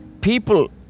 People